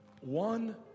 one